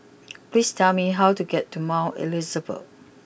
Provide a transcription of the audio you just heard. please tell me how to get to Mount Elizabeth